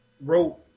wrote